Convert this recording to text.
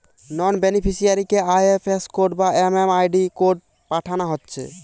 নন বেনিফিসিয়ারিকে IFS code বা MMID code পাঠানা হচ্ছে